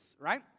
right